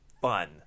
Fun